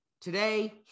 Today